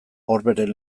orberen